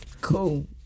Cool